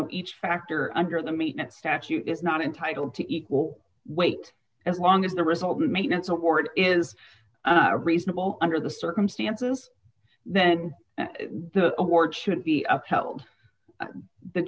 know each factor under the meet that statute is not entitled to equal weight as long as the result of maintenance award is reasonable under the circumstances then the award should be upheld the